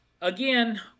again